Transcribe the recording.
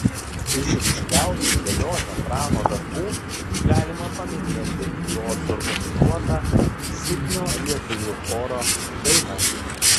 iš ryškiausių velionio prano darbų galima paminėti jo suorganizuotą sidnio lietuvių chorą daina